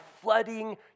flooding